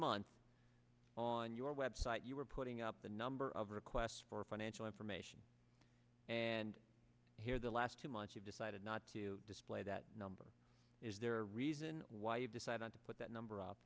month on your website you were putting up a number of requests for financial information and here the last two months you decided not to display that number is there a reason why you decided to put that number